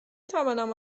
توانم